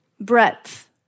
breadth